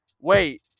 Wait